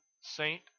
saint